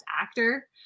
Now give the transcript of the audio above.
actor